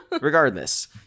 Regardless